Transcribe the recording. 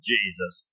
Jesus